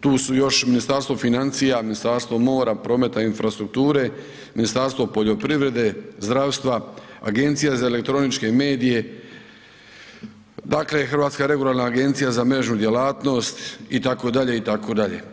tu su još i Ministarstvo financija, Ministarstvo mora, prometa i infrastrukture, Ministarstvo poljoprivrede, zdravstva, Agencije za elektroničke medije, dakle, Hrvatska regularna agencija za mrežnu djelatnost, itd., itd.